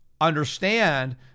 understand